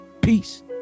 peace